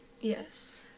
Yes